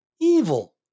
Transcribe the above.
evil